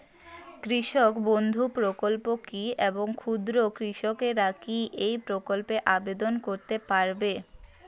কৃষক বন্ধু প্রকল্প কী এবং ক্ষুদ্র কৃষকেরা কী এই প্রকল্পে আবেদন করতে পারবে?